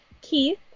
keith